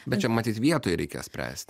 bet čia matyt vietoj reikia spręsti